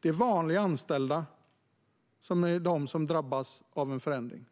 Det är vanliga anställda som kommer att drabbas av en förändring.